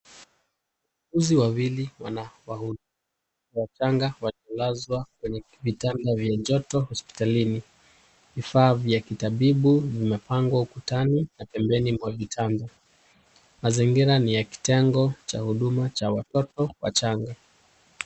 Wauguzi wawili wanawahudumia watoto wachanga waliolazwa kwenye vitanda vya joto hospitalini. Vifaa vya kitabibu vimepangwa ukutani na pembeni mwa kitanda. Mazingira ni kitengo cha huduma cha watoto wachanga.